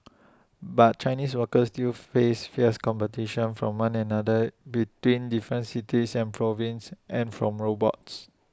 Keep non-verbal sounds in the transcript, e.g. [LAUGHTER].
[NOISE] but Chinese workers still face fierce competition from one another between different cities and provinces and from robots